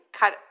cut